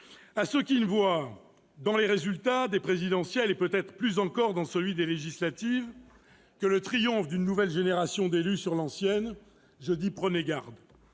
À ceux qui ne voient, dans le résultat de la présidentielle et, peut-être plus encore, dans celui des législatives, que le triomphe d'une nouvelle génération d'élus sur l'ancienne, je dis : prenez garde